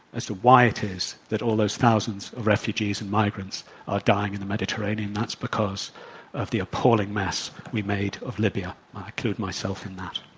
as to why it is that all those thousands of refugees and migrants are dying in the mediterranean. that's because of the appalling mess we've made of libya. i include myself in that.